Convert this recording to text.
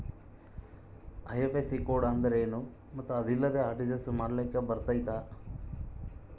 IFSC code ಅಂದ್ರೇನು ಮತ್ತು ಅದಿಲ್ಲದೆ ಆರ್.ಟಿ.ಜಿ.ಎಸ್ ಮಾಡ್ಲಿಕ್ಕೆ ಬರ್ತೈತಾ?